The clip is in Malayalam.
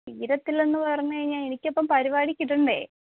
തീരില്ല എന്ന് പറഞ്ഞ് കഴിഞ്ഞാൽ എനിക്കിപ്പം പരിപാടിക്ക് ഇടണ്ടേ